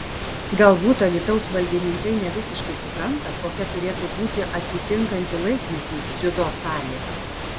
galbūt alytaus valdininkai ne visiškai supranta kokia turėtų būti atitinkanti laikmetį dziudo salė